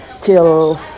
till